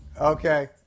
okay